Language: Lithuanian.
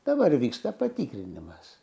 dabar vyksta patikrinimas